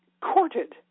courted